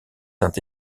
saint